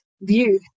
view